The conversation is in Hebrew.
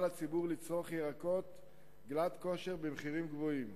הציבור לצרוך ירקות גלאט כשר במחירים גבוהים.